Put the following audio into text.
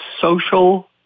social